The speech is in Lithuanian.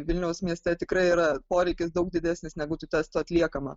vilniaus mieste tikrai yra poreikis daug didesnis negu tų testų atliekama